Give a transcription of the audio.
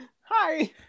Hi